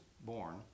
born